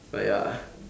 but ya